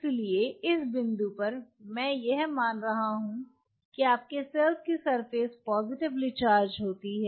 इसलिए इस बिंदु पर मैं यह मान रहा हूं कि आपकी सेल्स की सरफेस पॉजिटिवली चार्ज होती है